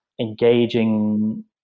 engaging